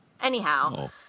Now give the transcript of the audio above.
Anyhow